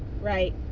right